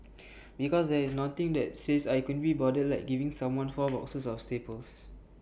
because there is nothing that says I couldn't be bothered like giving someone four boxes of staples